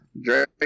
Drake